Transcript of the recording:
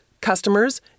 customers